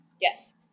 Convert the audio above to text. Yes